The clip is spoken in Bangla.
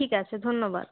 ঠিক আছে ধন্যবাদ